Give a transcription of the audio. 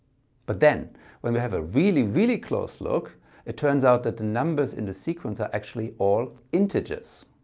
but then when we have a really really close look it turns out that the numbers in the sequence are actually all integers.